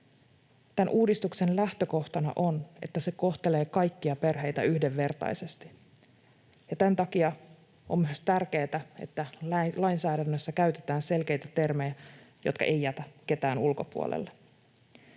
Tämän uudistuksen lähtökohtana on, että se kohtelee kaikkia perheitä yhdenvertaisesti. Tämän takia on myös tärkeätä, että lainsäädännössä käytetään selkeitä termejä, jotka eivät jätä ketään ulkopuolelle.